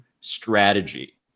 strategy